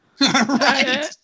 Right